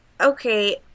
okay